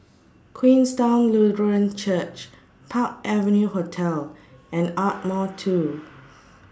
Queenstown Lutheran Church Park Avenue Hotel and Ardmore two